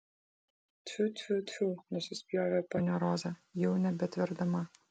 tfiu tfiu tfiu nusispjovė ponia roza jau nebetverdama